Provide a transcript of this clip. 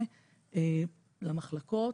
למחלקות.